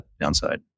Downside